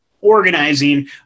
organizing